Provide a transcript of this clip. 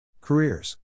Careers